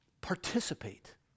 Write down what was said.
participate